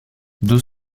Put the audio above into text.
deux